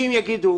אדם יגיד,